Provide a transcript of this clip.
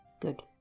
good